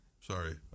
Sorry